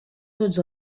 tots